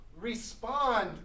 respond